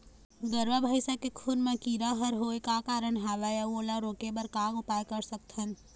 गरवा भैंसा के खुर मा कीरा हर होय का कारण हवए अऊ ओला रोके बर का उपाय कर सकथन?